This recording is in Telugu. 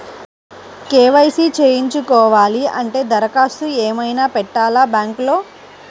కే.వై.సి చేయించుకోవాలి అంటే దరఖాస్తు ఏమయినా పెట్టాలా బ్యాంకులో?